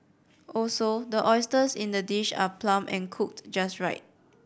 also the oysters in the dish are plump and cooked just right